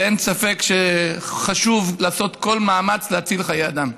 ואין ספק שחשוב לעשות כל מאמץ להציל חיי אדם.